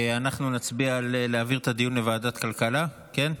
אנחנו נצביע להעביר את הדיון לוועדת הכלכלה, כן?